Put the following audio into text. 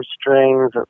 strings